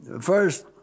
first